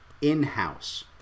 in-house